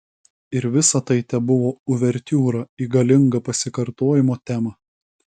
ir visa tai tebuvo uvertiūra į galingą pasikartojimo temą